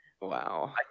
Wow